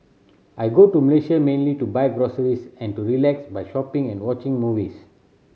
I go to Malaysia mainly to buy groceries and to relax by shopping and watching movies